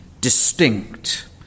distinct